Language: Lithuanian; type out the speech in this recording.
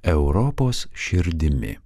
europos širdimi